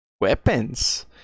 weapons